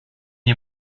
ihr